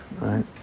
right